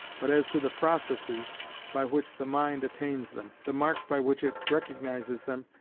but as to the processes by which the mind attains them, the marks by which it recognises them,